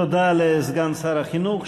תודה לסגן שר החינוך.